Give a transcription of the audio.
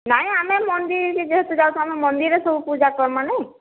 ନାଇଁ ଆମେ ମନ୍ଦିର କି ଯେହେତୁ ଯାଉଛୁ ଆମେ ମନ୍ଦିରରେ ସବୁ ପୂଜା କରମା ନାଇଁ